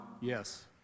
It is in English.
yes